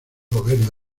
gobierno